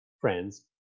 friends